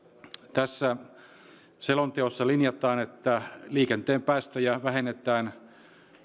tässä selonteossa linjataan että liikenteen päästöjä vähennetään